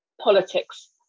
politics